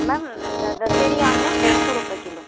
ma'am दशहरी आम है डेढ़ सौ रूपये किलो